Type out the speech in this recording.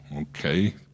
okay